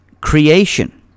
creation